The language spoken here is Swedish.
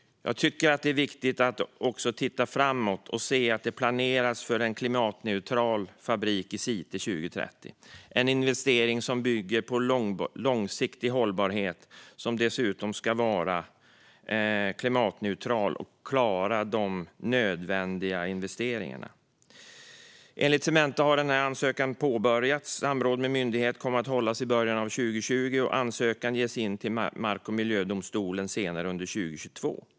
Det är viktigt att också titta framåt och se att det planeras för en klimatneutral fabrik i Slite till 2030. Det är en investering som bygger på långsiktig hållbarhet och dessutom ska vara klimatneutral. Man måste klara de nödvändiga investeringarna. Enligt Cementa har denna ansökan påbörjats. Samråd med myndighet kommer att hållas i början av 2020, och ansökan kommer att ges in till mark och miljödomstolen senare under 2022.